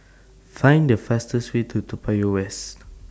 Find The fastest Way to Toa Payoh West